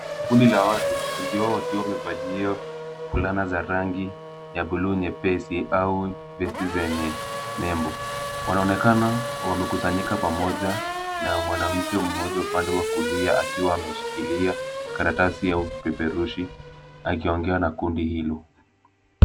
Kundi la watu, wengi wao wakiwa wamevalia fulana za rangi ya bluu nyepesi au vesti zenye nembo, wanaonekana wamekusanyika pamoja na mwanamke mmoja upande wa kulia akiwa ameshikilia karatasi au kipeperushi akiongea na kundi hilo.